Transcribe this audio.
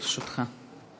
אדוני, לרשותך.